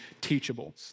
teachable